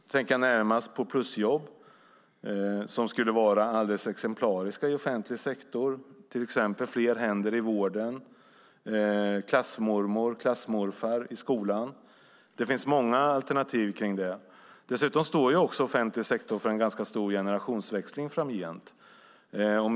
Jag tänker närmast på plusjobb, som skulle vara alldeles exemplariska i offentlig sektor, till exempel fler händer i vården eller klassmormor och klassmorfar i skolan. Det finns många alternativ här. Dessutom står offentlig sektor inför en ganska stor generationsväxling framöver.